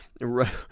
right